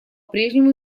прежнему